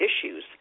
issues